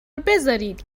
بذارید